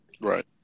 Right